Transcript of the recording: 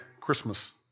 Christmas